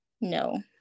no